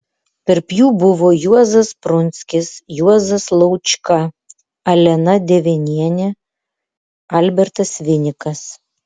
tarp jų buvo juozas prunskis juozas laučka alena devenienė albertas vinikas